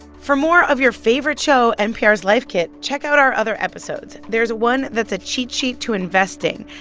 for more of your favorite show, npr's life kit, check out our other episodes there's one that's a cheat-sheet to investing.